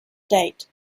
date